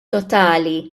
totali